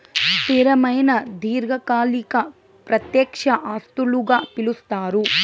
స్థిరమైన దీర్ఘకాలిక ప్రత్యక్ష ఆస్తులుగా పిలుస్తారు